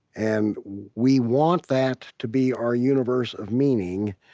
and we want that to be our universe of meaning.